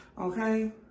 Okay